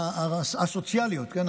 הסוציאליות, כן?